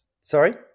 Sorry